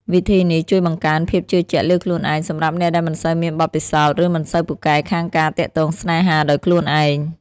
វិធីនេះជួយបង្កើនភាពជឿជាក់លើខ្លួនឯង សម្រាប់អ្នកដែលមិនសូវមានបទពិសោធន៍ ឬមិនសូវពូកែខាងការទាក់ទងស្នេហាដោយខ្លួនឯង។